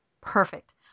Perfect